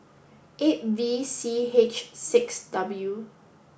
eight V C H six W